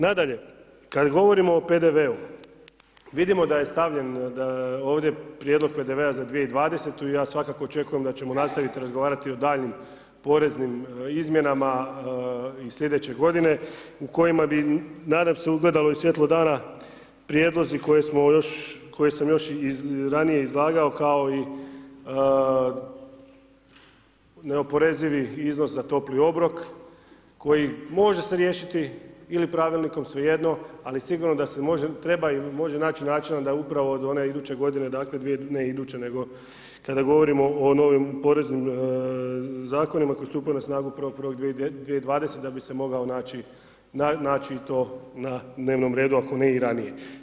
Nadalje, kad govorimo o PDV-u vidimo da je stavljen ovdje prijedlog PDV-a za 2020. i ja svakako očekujem da ćemo nastavit razgovarati o daljnjim poreznim izmjenama i slijedeće godine u kojima bi nadam se ugledalo i svjetlo dana prijedlozi koje smo još, koje sam još ranije izlagao kao i neoporezivi iznos za topli obrok koji može se riješiti ili pravilnikom svejedno ali sigurno da se može treba ili može naći načina da upravo od one iduće godine dakle ne iduće nego kada govorimo o novim poreznim zakonima koji stupaju na snagu 1.1.2020. da bi se mogao naći, naći i to na dnevnom redu ako ne i ranije.